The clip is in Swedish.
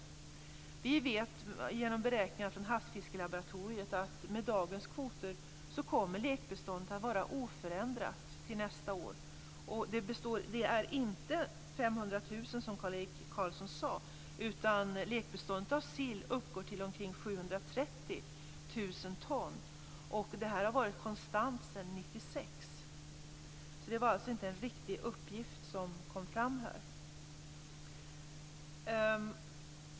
Vi vet genom beräkningar från Havsfiskelaboratoriet att lekbeståndet med dagens kvoter kommer att vara oförändrat till nästa år. Lekbeståndet av sill är inte 500 000 som Kjell-Erik Karlsson sade, utan det uppgår till omkring 730 000 ton, och det har varit konstant sedan 1996. Det var alltså inte en riktig uppgift som kom fram här.